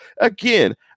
Again